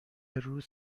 روز